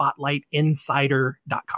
spotlightinsider.com